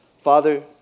Father